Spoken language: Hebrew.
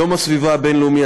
יום הסביבה הבין-לאומי,